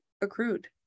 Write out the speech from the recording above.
accrued